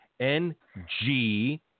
N-G